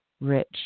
rich